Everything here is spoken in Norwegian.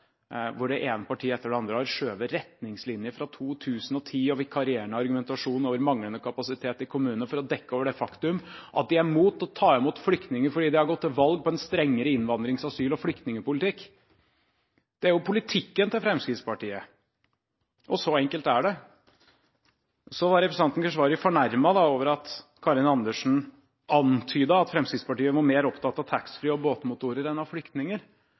hvor det ene partiet etter det andre har skjøvet retningslinjer fra 2010 og vikarierende argumentasjon over manglende kapasitet i kommunene foran seg, for å dekke over det faktumet at de er imot å ta imot flyktninger, fordi de har gått til valg på en strengere innvandrings-, asyl- og flyktningpolitikk. Dette er jo politikken til Fremskrittspartiet – så enkelt er det. Representanten Keshvari var fornærmet over at Karin Andersen antydet at Fremskrittspartiet var mer opptatt av taxfree og båtmotorer enn av flyktninger.